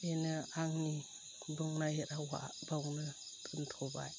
बेनो आंनि बुंनाय रावा बावनो दोनथ'बाय